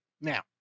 Now